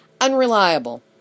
unreliable